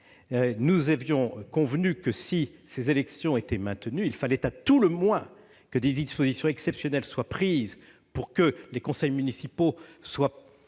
Nous étions convenus que, si ces élections étaient maintenues, il fallait à tout le moins que des dispositions exceptionnelles soient prises pour que les conseils municipaux soient